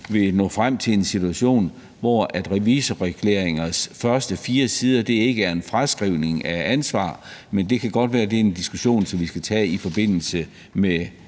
vil nå frem til en situation, hvor revisorerklæringers første fire sider ikke er en fraskrivning af ansvar, men det kan godt være, det er en diskussion, som vi skal tage i forbindelse med